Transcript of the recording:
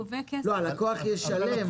לא, הלקוח ישלם על הצעות כלכליות שהוא קיבל.